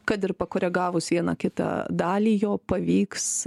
kad ir pakoregavus vieną kitą dalį jo pavyks